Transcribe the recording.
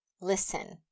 Listen